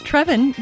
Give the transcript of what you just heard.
Trevin